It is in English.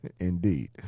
Indeed